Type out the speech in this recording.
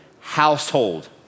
household